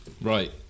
Right